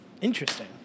Interesting